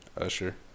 Usher